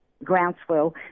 groundswell